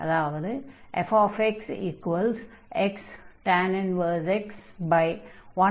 f xx 1x413